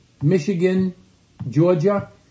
Michigan-Georgia